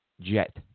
jet